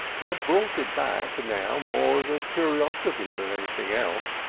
he had brought it back now more as a curiosity than anything else,